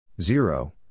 Zero